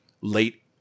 late